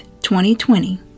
2020